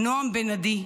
נעם בן עדי,